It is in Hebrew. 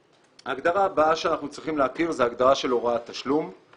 ההגדרה הבאה שאנחנו צריכים להכיר היא הגדרה של הוראת תשלום.